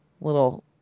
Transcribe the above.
little